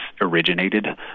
originated